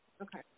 Okay